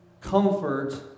comfort